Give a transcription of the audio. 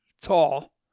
tall